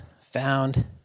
found